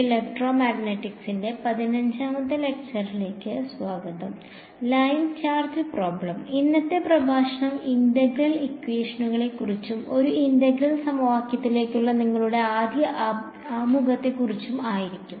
ഇന്നത്തെ പ്രഭാഷണം ഇന്റഗ്രൽ ഇക്വേഷനുകളെക്കുറിച്ചും ഒരു ഇന്റഗ്രൽ സമവാക്യത്തിലേക്കുള്ള നിങ്ങളുടെ ആദ്യ ആമുഖത്തെക്കുറിച്ചും ആയിരിക്കും